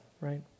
right